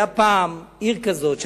היתה פעם עיר כזאת,